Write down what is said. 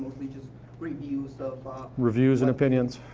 just reviews of reviews and opinions.